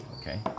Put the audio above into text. okay